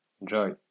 enjoy